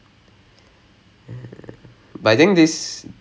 really I mean seriously